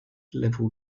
level